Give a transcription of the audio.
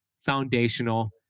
Foundational